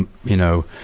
you know,